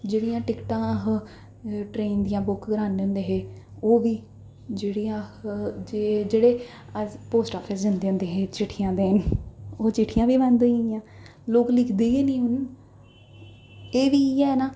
जेह्ड़ियां टिकटां अस ट्रेन दियां बुक्क करांदे होंदे हे ओह् बी जेह्ड़े अह् जे जेह्ड़े अस पोस्टआफिस जंदे होंदे हे चिट्ठियां देन ओह् चिट्ठियां बी बंद होई गेइयां लोग लिखदे गै निं हून एह् बी इ'यै न